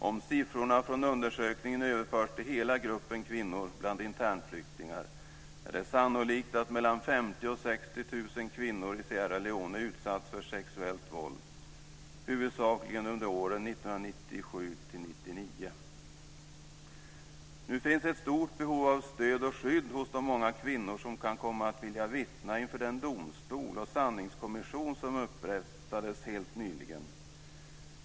Om siffrorna från undersökningen överförs till hela gruppen kvinnor bland internflyktingar är det sannolikt att mellan 50 000 och 60 000 kvinnor i Sierra Leone utsatts för sexuellt våld, huvudsakligen under åren 1997-1999. Nu finns ett stort behov av stöd och skydd hos de många kvinnor som kan komma att vilja vittna inför den domstol och sanningskommission som upprättades helt nyligen.